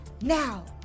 Now